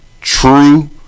true